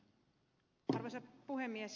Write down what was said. arvoisa puhemies